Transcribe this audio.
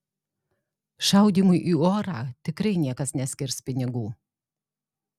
šaudymui į orą tikrai niekas neskirs pinigų